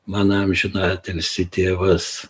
mano amžiną atilsį tėvas